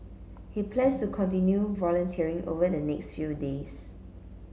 he plans to continue volunteering over the next few days